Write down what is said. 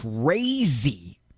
crazy